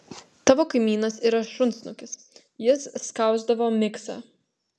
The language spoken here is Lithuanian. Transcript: tavo kaimynas yra šunsnukis jis skausdavo miksą